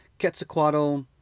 Quetzalcoatl